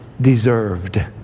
deserved